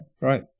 right